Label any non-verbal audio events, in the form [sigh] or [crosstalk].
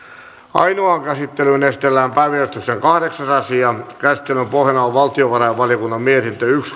ainoaan käsittelyyn esitellään päiväjärjestyksen kahdeksas asia käsittelyn pohjana on valtiovarainvaliokunnan mietintö yksi [unintelligible]